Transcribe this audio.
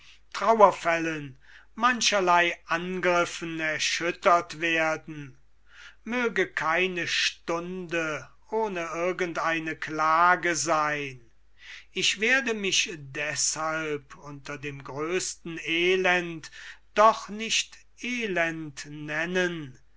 trauerfällen mancherlei angriffen erschüttert werden möge keine stunde ohne irgend eine klage sein ich werde mich deshalb unter dem größten elend doch nicht elend nennen